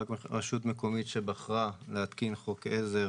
רק רשות מקומית שבחרה להתקין חוק עזר